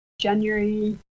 january